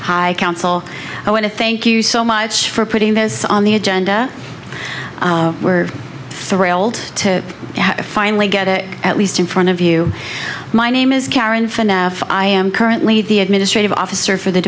high council i want to thank you so much for putting this on the agenda we're thrilled to finally get it at least in front of you my name is karen finney i am currently the administrative officer for the